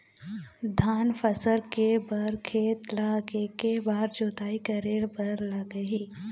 धान फसल के बर खेत ला के के बार जोताई करे बर लगही?